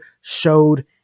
showed